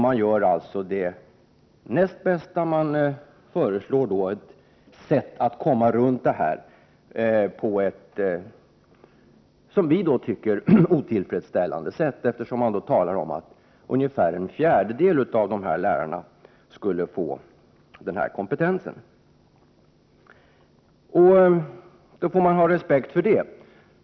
Man gör alltså det näst bästa, föreslår ett som vi tycker otillfredsställande sätt att komma runt det hela på. Man talar ju om att ungefär en fjärdedel av de här lärarna skulle få kompetens. Detta får man respektera.